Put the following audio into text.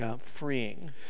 freeing